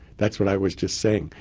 that's what i was just saying.